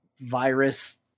virus